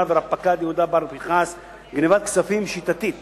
ורב פקד יהודה בר-פנחס גנבת כספים שיטתית